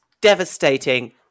devastating